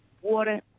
water